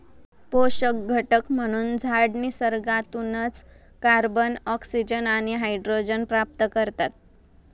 पोषक घटक म्हणून झाडं निसर्गातूनच कार्बन, ऑक्सिजन आणि हायड्रोजन प्राप्त करतात